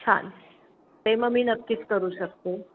छान ते मग मी नक्कीच करू शकते